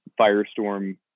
firestorm